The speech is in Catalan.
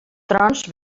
trons